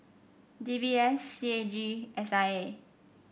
D B S C A G and S I A